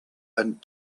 and